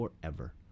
forever